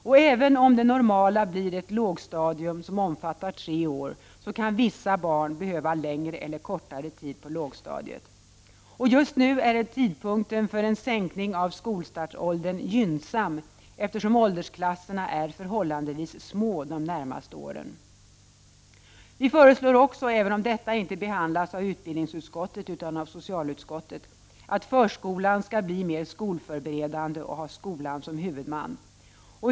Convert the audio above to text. Och även om det normala blir ett lågstadium omfattande tre år, kan vissa barn behöva längre eller kortare tid på lågstadiet. Just nu är tidpunkten för en sänkning av skolstartsåldern gynnsam, eftersom åldersklasserna är förhållandevis små de närmaste åren. Vi föreslår också — även om detta inte behandlas av utbildningsutskottet utan av socialutskottet — att förskolan skall bli mer skolförberedande och ha skolan som huvudman.